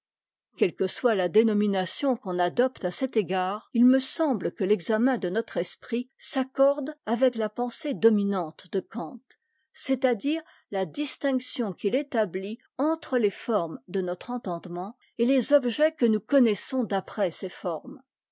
quelle que soit ta dénomination qu'on adopte à cet égard il me semble que l'examen de notre esprit s'accorde avec la pensée dominante de kant c'est-à-dire la distinction qu'il établit entre les formes de notre entendement et les objets que nous connaissons d'après ces formes